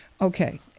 Okay